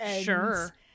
Sure